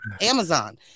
Amazon